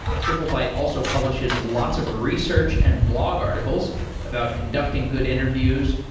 triplebyte also publishes lots of research and blog articles about conducting good interviews,